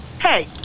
hey